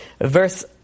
verse